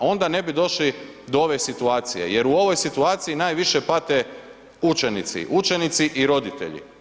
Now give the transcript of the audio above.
A onda ne bi došli do ove situacije jer u ovoj situaciji najviše pate učenici, učenici i roditelji.